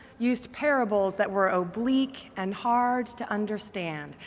used parables that were oblique and hard to understand.